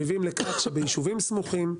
והתוצאה היא שביישובים סמוכים,